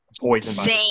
poison